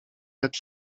jak